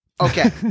Okay